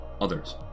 others